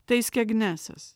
tai skegnesas